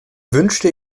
wünschte